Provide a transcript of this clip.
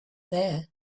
there